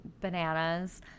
bananas